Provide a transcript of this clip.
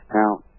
Now